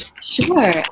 Sure